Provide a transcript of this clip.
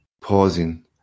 pausing